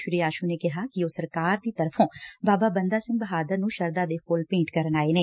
ਸ੍ਰੀ ਆਸੁ ਨੇ ਕਿਹਾ ਕਿ ਉਹ ਸਰਕਾਰ ਦੀ ਤਰਫੋ ਬਾਬਾ ਬੰਦਾ ਬਹਾਦਰ ਨੁੰ ਸ਼ਰਧਾ ਦੇ ਫੁੱਲ ਭੇਂਟ ਕਰਨ ਆਏ ਨੇ